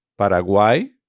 Paraguay